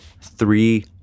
three